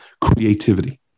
creativity